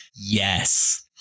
yes